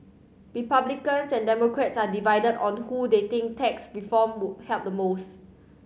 Republicans and Democrats are divided on who they think tax reform would help the most